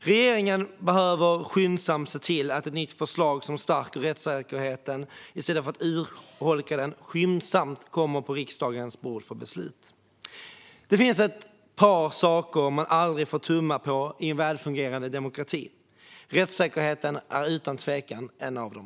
Regeringen behöver se till att ett nytt förslag som stärker rättssäkerheten i stället för att urholka den skyndsamt kommer på riksdagens bord för beslut. Det finns ett par saker man aldrig får tumma på i en välfungerande demokrati, och rättssäkerheten är utan tvekan en av dem.